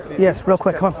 yes, real quick, come on,